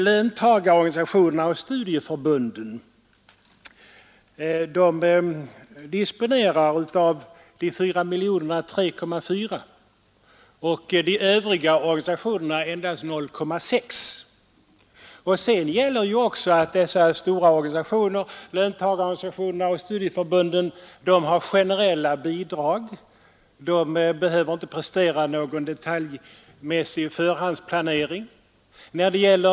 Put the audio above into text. Löntagarorganisationerna och studieförbunden disponerar av de 4 miljonerna hela 3,4 miljoner, medan de övriga endast har 0,6. De stora organisationerna, löntagarorganisationerna och studieförbunden, har generella bidrag. De behöver inte prestera någon detaljerad förhandsplanering.